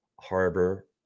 harbor